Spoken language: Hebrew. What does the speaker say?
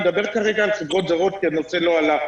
אני מדבר כרגע על חברות זרות כי הנושא לא עלה.